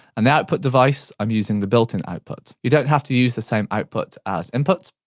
and the output device, i'm using the built-in output. you don't have to use the same output as input.